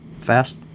Fast